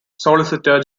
solicitor